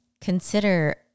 consider